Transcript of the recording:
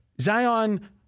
Zion